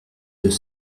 deux